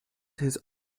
his